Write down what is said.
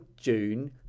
June